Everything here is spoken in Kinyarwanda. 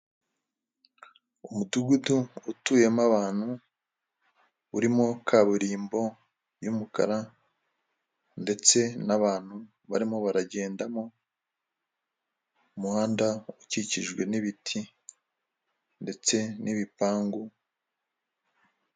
Umudugudu utuyemo abantu urimo kaburimbo y'umukara ndetse n'abantu barimo baragendamo, umuhanda ukikijwe n'ibiti ndetse n'ibipangu.